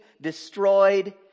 destroyed